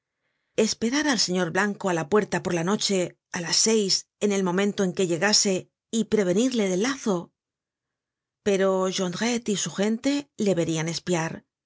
esperar al señor blanco á la puerta por la noche á las seis en el momento en que llegase y prevenirle del lazo pero jondrette y su gente le verian espiar el